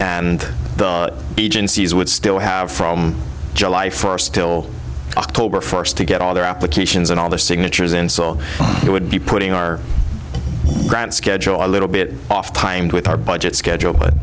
and the agencies would still have from july for still october first to get all their applications and all their signatures in so it would be putting our grand schedule a little bit off timed with our budget schedule but